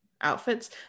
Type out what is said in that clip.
outfits